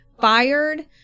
fired